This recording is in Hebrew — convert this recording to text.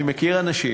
אני מכיר אנשים